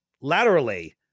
laterally